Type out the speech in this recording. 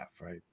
right